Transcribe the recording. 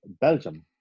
Belgium